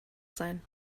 sein